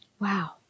Wow